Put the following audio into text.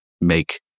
make